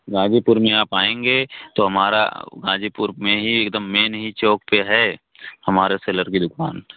गाज़ीपुर में आप आएँगे तो हमारा गाज़ीपुर में ही एकदम मेन ही चौक पर है हमारी सेलर की दुक़ान